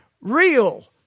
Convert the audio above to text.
real